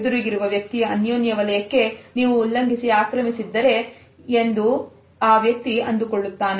ಎದುರಿಗಿರುವ ವ್ಯಕ್ತಿಯ ಅನ್ಯೋನ್ಯ ವಲಯಕ್ಕೆ ನೀವು ಉಲ್ಲಂಘಿಸಿ ಆಕ್ರಮಿಸಿದ್ದರೆ ಎಂದು ಆ ವ್ಯಕ್ತಿ ಅಂದುಕೊಳ್ಳುತ್ತಾನೆ